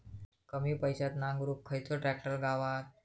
कमी पैशात नांगरुक खयचो ट्रॅक्टर गावात?